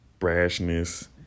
brashness